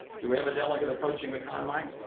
do we have a delegate approaching the con mic?